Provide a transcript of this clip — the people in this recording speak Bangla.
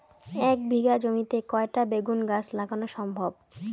এক বিঘা জমিতে কয়টা বেগুন গাছ লাগানো সম্ভব?